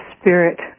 spirit